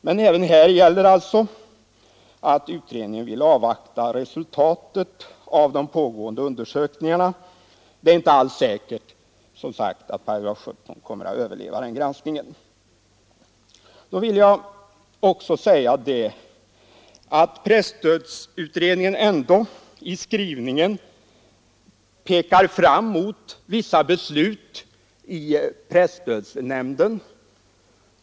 Men även därvidlag gäller alltså att utredningen vill avvakta resultatet av de pågående undersökningarna. Jag vill också säga att presstödsutredningen ändå i skrivningen pekar fram mot vissa beslut i presstödsnämnden.